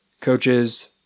coaches